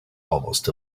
almost